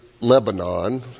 Lebanon